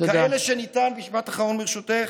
כאלה שניתן, משפט אחרון, ברשותך,